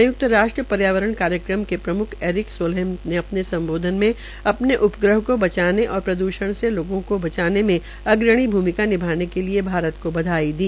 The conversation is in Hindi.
संयुक्त राष्ट्र पर्यावरणकार्यक्रम के प्रमुख एरिक सोलहेम ने अपने समबोधन में अपने उपग्रह को बचाने और प्रद्षण से लोगों को बचाने में अग्रणी भ्रमिका निभाने के लिए भारत को बधाई दी